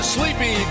Sleepy